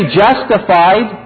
justified